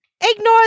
Ignore